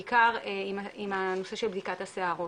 בעיקר עם הנושא של בדיקת השערות,